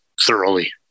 thoroughly